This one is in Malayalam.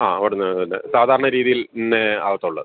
ആ അവിടെ നിന്ന് തന്നെ സാധാരണ രീതിയിൽ തന്നെ ആവത്തുള്ളൂ